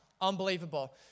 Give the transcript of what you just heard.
Unbelievable